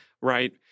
right